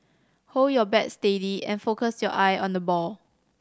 hold your bat steady and focus your eye on the ball